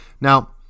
Now